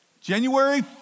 January